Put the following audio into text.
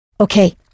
Okay